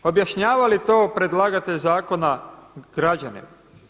Objašnjava li to predlagatelj zakona građanima.